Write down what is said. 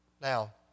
Now